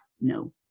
no